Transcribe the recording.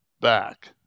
back